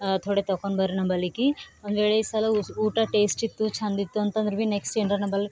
ಥೊಡೆ ತೊಕೊಂಬರ್ರಿ ನಂಬಲ್ಲಿಕಿ ಒಂದ್ವೇಳೆ ಈ ಸಲ ಊಟ ಟೇಸ್ಟ್ ಇತ್ತು ಚಂದ ಇತ್ತು ಅಂತಂದ್ರೆ ಭೀ ನೆಕ್ಸ್ಟ್ ಏನರ ನಂಬಲ್ಲಿ